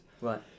Right